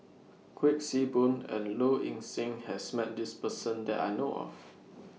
Kuik Swee Boon and Low Ing Sing has Met This Person that I know of